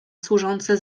służące